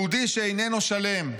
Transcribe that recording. יהודי שאיננו שלם.